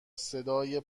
صدای